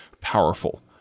powerful